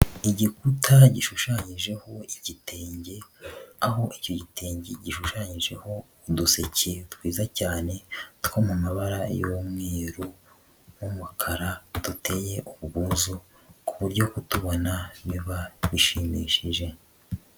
Igikuta gishushanyijeho igitenge, aho icyo gitenge gishushanyijeho uduseke twiza cyane two mu mabara y'umweru n'umukara, duteye ubwuzu ku buryo kutubona biba bishimishije.